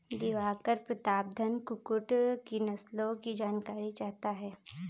दिवाकर प्रतापधन कुक्कुट की नस्लों की जानकारी चाहता है